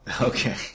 Okay